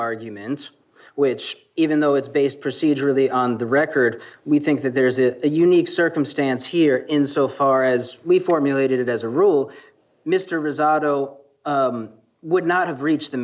arguments which even though it's based procedurally on the record we think that there is a unique circumstance here in so far as we formulated it as a rule mr bizzaro would not have reached the